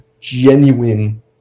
genuine